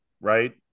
right